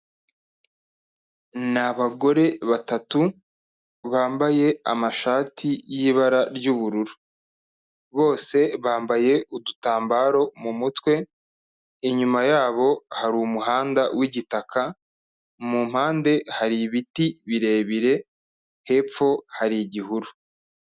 Ni abagore batatu bambaye amashati y'ibara ry'ubururu, bose bambaye udutambaro mu mutwe, inyuma yabo hari umuhanda w'igitaka mu mpande hari ibiti birebire, hepfo hari igihuru